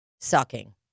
sucking